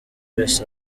wese